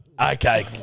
okay